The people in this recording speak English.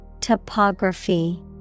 Topography